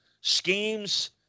schemes